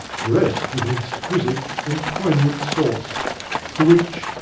drest with an exquisite, and poignant sauce for which,